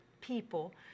people